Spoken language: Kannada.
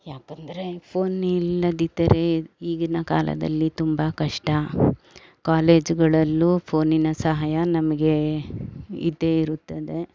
ಯಾಕಂದರೆ ಫೋನಿಲ್ಲದಿದ್ದರೆ ಈಗಿನ ಕಾಲದಲ್ಲಿ ತುಂಬ ಕಷ್ಟ ಕಾಲೇಜುಗಳಲ್ಲೂ ಫೋನಿನ ಸಹಾಯ ನಮಗೆ ಇದ್ದೇ ಇರುತ್ತದೆ